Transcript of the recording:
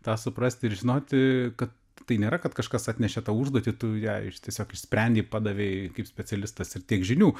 tą suprasti ir žinoti kad tai nėra kad kažkas atnešė tą užduotį tu ją iš tiesiog išsprendei padavei kaip specialistas ir tiek žinių